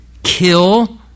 Kill